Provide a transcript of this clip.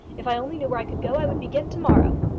if i only knew where i could go, i would begin to-morrow.